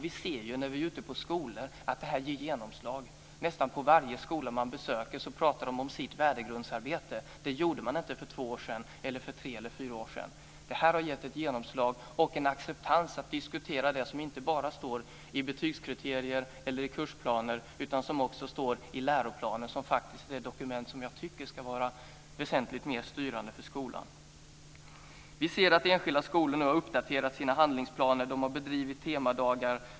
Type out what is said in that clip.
Vi ser när vi är ute på skolor att det ger genomslag. Nästan på varje skola vi besöker pratar man om sitt värdegrundsarbete. Det gjorde man inte för två år sedan, eller för tre fyra år sedan. Det har gett ett genomslag och en acceptans att diskutera inte bara det som står i betygskriterier eller kursplaner, utan också det som står i läroplanen, vilket är det dokument som jag tycker ska vara väsentligt mer styrande för skolan. Vi ser att enskilda skolor har uppdaterat sina handlingsplaner. De har bedrivit temadagar.